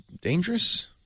dangerous